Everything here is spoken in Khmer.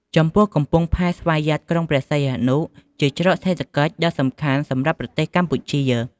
ចំពោះកំពង់ផែស្វយ័តក្រុងព្រះសីហនុ ជាច្រកសេដ្ឋកិច្ចដ៏សំខាន់សម្រាប់ប្រទេសកម្ពុជា។